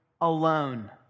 alone